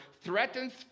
threatens